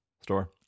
store